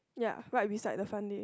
ya right beside the fun day